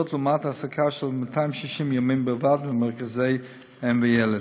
לעומת העסקה של 260 ימים בלבד במרכזי אם וילד.